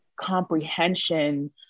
comprehension